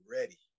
ready